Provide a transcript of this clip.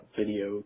video